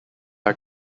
are